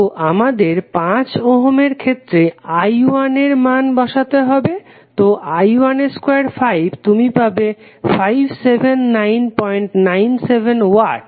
তো আমাদের 5 ওহমের ক্ষেত্রে I1 এর মান বসাতে হবে তো I12 তুমি পাবে 57997 ওয়াট